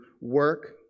work